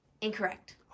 Incorrect